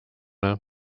näha